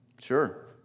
Sure